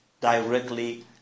directly